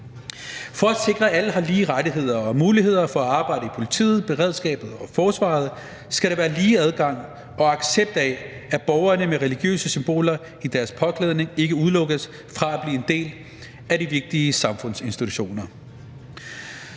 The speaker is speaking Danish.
For at sikre, at alle har lige rettigheder og muligheder for at arbejde i politiet, beredskabet og forsvaret, skal der være lige adgang og en accept af, at borgere med religiøse symboler i deres påklædning ikke udelukkes fra at blive en del af de vigtige samfundsinstitutioner.